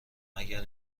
مگر